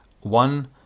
one